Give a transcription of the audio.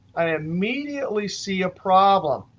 and immediately see a problem.